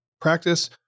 practice